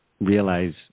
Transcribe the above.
realize